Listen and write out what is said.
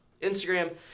Instagram